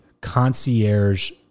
concierge